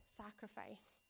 sacrifice